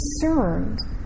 concerned